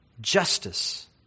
justice